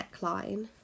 neckline